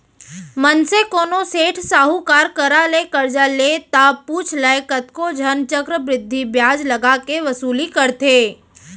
मनसे कोनो सेठ साहूकार करा ले करजा ले ता पुछ लय कतको झन चक्रबृद्धि बियाज लगा के वसूली करथे